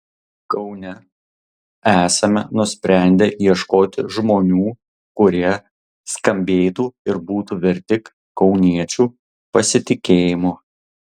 kaune esame nusprendę ieškoti žmonių kurie skambėtų ir būtų verti kauniečių pasitikėjimo